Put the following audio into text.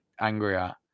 Angrier